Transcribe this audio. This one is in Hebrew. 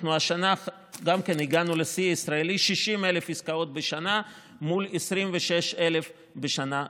השנה הגענו לשיא ישראלי: 60,000 עסקאות בשנה מול 26,000 בשנה שעברה.